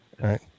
right